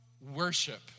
worship